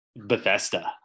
Bethesda